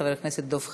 חבר הכנסת דב חנין,